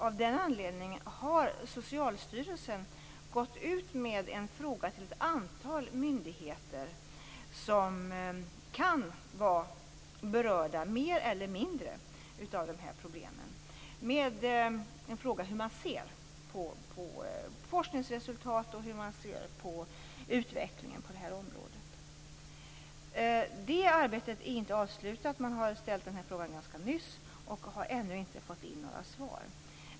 Av den anledningen har Socialstyrelsen frågat ett antal myndigheter, som kan vara mer eller mindre berörda av dessa problem, hur de ser på forskningsresultaten och utvecklingen på området. Det arbetet är inte avslutat. Frågan ställdes ganska nyligen, och man har ännu inte fått in några svar.